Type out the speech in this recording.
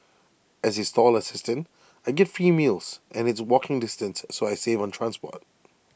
as A stall assistant I get free meals and it's walking distance so I save on transport